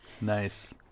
nice